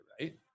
right